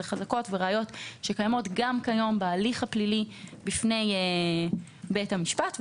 אלה חזקות וראיות שקיימות גם כיום בהליך הפלילי בפני בית המשפט,